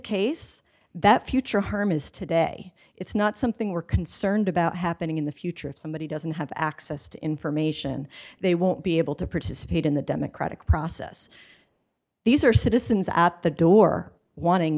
case that future harm is today it's not something we're concerned about happening in the future if somebody doesn't have access to information they won't be able to participate in the democratic process these are citizens at the door wanting